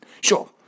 Sure